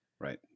Right